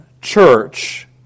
Church